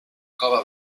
cova